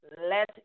Let